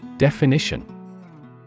Definition